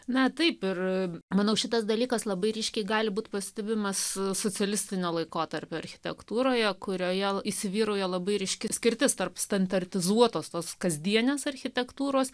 na taip ir manau šitas dalykas labai ryškiai gali būti pastebimas socialistinio laikotarpio architektūroje kurioje įsivyrauja labai ryški atskirtis tarp standartizuotos tos kasdienės architektūros